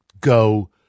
go